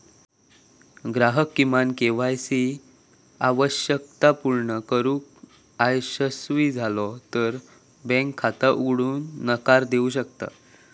ग्राहक किमान KYC आवश्यकता पूर्ण करुक अयशस्वी झालो तर बँक खाता उघडूक नकार देऊ शकता